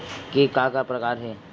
के का का प्रकार हे?